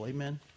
Amen